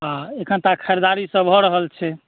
अखन तऽ खरीदारीसभ भए रहल छै